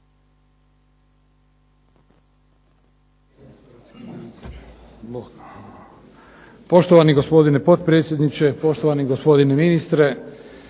Hvala vam